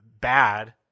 bad